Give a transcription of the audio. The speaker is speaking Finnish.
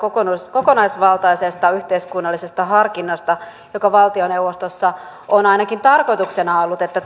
kokonaisvaltaisesta yhteiskunnallisesta harkinnasta joka valtioneuvostossa on ainakin tähän asti ollut tarkoituksena että